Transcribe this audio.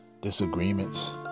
disagreements